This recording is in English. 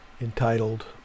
entitled